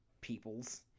peoples